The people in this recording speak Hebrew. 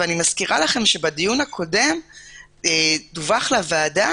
אני מזכירה לכם שבדיון הקודם דווח לוועדה